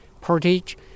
Portage